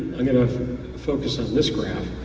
i'm gonna focus on this graph.